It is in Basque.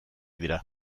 dira